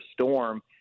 storm